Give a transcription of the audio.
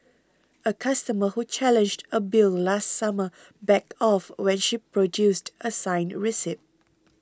a customer who challenged a bill last summer backed off when she produced a signed receipt